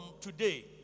today